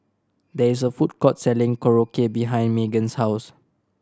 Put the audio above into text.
there is a food court selling Korokke behind Meagan's house